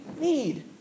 need